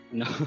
no